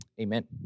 Amen